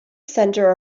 center